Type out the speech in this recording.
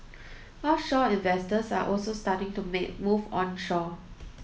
offshore investors are also starting to make move onshore